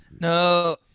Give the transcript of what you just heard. No